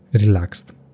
relaxed